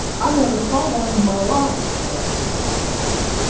i never saw one in my life, answered miss margie.